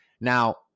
Now